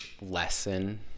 lesson